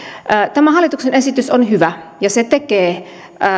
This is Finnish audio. tämä hallituksen esitys on hyvä ja se